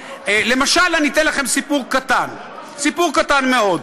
למשל, אני אתן לכם סיפור קטן, סיפור קטן מאוד.